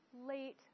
late